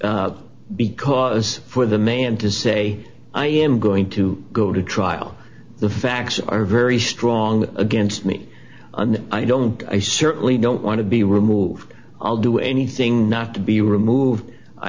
bull because for the man to say i am going to go to trial the facts are very strong against me and i don't i certainly don't want to be removed i'll do anything not to be removed i